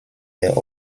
der